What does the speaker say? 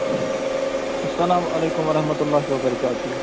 اسلامُ علیکُم ورحمتُہ اللہِ و برکاتہوٗ